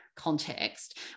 context